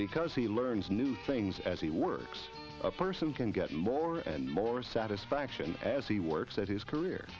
because he learns new things as he works a person can get more and more satisfaction as he works at his career